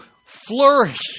flourish